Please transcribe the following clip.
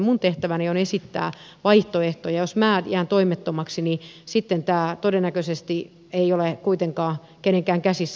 minun tehtäväni on esittää vaihtoehtoja ja jos minä jään toimettomaksi niin sitten tämä todennäköisesti ei ole kuitenkaan kenenkään käsissä